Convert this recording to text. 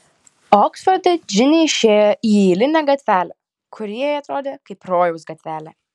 oksforde džinė išėjo į eilinę gatvelę kuri jai atrodė kaip rojaus gatvelė